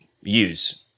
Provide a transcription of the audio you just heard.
use